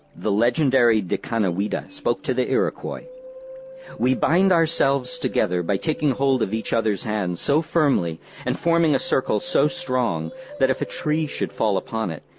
the legendary dekaniwidah spoke to the iroquois we bind ourselves together by taking hold of each other's hands so firmly and forming a circle so strong that if a tree should fall upon it,